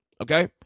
okay